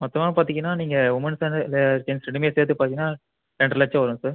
மொத்தமாக பார்த்தீங்கன்னா நீங்கள் உமென்ஸ் அண்ட் ஜென்ஸ் ரெண்டுமே சேர்த்து பார்த்தீங்கன்னா ரெண்ட்றரை லட்சம் வரும் சார்